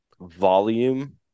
volume